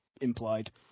implied